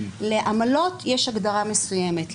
לעמלות יש הגדרה מסוימת,